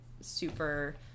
super